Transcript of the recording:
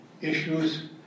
issues